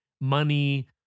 money